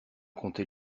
compter